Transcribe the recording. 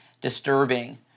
disturbing